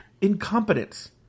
incompetence